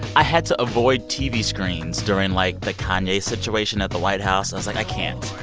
i had to avoid tv screens during, like, the kanye situation at the white house. i was like, i can't.